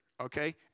Okay